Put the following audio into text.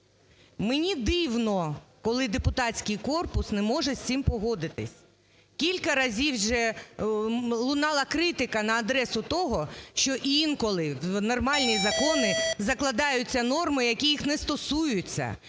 Мені дивно, коли депутатський корпус не може з цим погодитися. Кілька разів вже лунала критика на адресу того, що інколи в нормальні закони закладаються норми, які їх не стосуються,